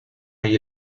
hay